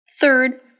Third